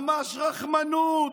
ממש רחמנות,